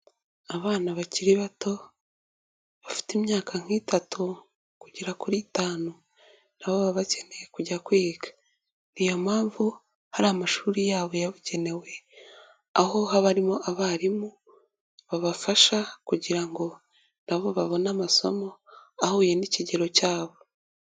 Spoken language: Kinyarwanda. Abana bakiri bato bafite imyaka nk'itatu kugera kuri itanu, nabo baba bakeneye kujya kwiga niyo mpamvu hari amashuri yabo yabugenewe, aho haba harimo abarimu babafasha kugira ngo nabo babone amasomo ahuye n'ikigero cyabo.